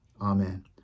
amen